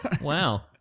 Wow